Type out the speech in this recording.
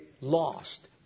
lost